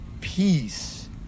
peace